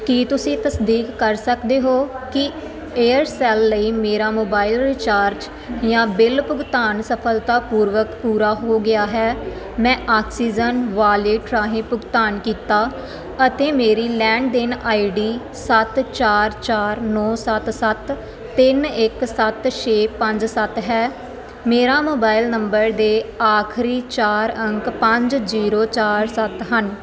ਕੀ ਤੁਸੀਂ ਤਸਦੀਕ ਕਰ ਸਕਦੇ ਹੋ ਕਿ ਏਅਰਸੈਲ ਲਈ ਮੇਰਾ ਮੋਬਾਈਲ ਰੀਚਾਰਜ ਜਾਂ ਬਿੱਲ ਭੁਗਤਾਨ ਸਫਲਤਾਪੂਰਵਕ ਪੂਰਾ ਹੋ ਗਿਆ ਹੈ ਮੈਂ ਆਕਸੀਜਨ ਵਾਲਿਟ ਰਾਹੀਂ ਭੁਗਤਾਨ ਕੀਤਾ ਅਤੇ ਮੇਰੀ ਲੈਣ ਦੇਣ ਆਈਡੀ ਸੱਤ ਚਾਰ ਚਾਰ ਨੌਂ ਸੱਤ ਸੱਤ ਤਿੰਨ ਇੱਕ ਸੱਤ ਛੇ ਪੰਜ ਸੱਤ ਹੈ ਮੇਰੇ ਮੋਬਾਈਲ ਨੰਬਰ ਦੇ ਆਖਰੀ ਚਾਰ ਅੰਕ ਪੰਜ ਜ਼ੀਰੋ ਚਾਰ ਸੱਤ ਹਨ